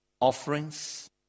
offerings